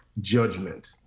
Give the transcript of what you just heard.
judgment